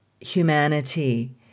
humanity